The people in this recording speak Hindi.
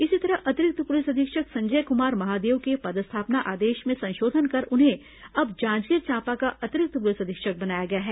इसी तरह अतिरिक्त पुलिस अधीक्षक संजय क्मार महादेव के पदस्थापना आदेश में संशोधन कर उन्हें अब जांजगीर चांपा का अतिरिक्त पुलिस अधीक्षक बनाया गया है